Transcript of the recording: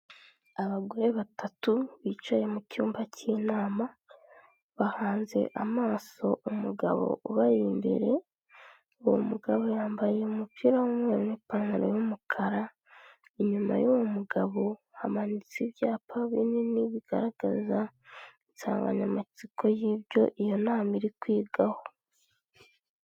Abagore batatu bicaye mu cyumba cy'inama bahanze amaso umugabo ubari imbere, uwo mugabo yambaye umupira w'umweru n'ipantaro y'umukara, inyuma y'uwo mugabo hamanitse ibyapa binini bigaragaza insanganyamatsiko y'ibyo iyo nama iri kwigaho.